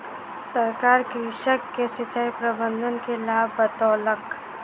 सरकार कृषक के सिचाई प्रबंधन के लाभ बतौलक